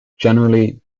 generally